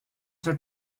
their